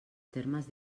termes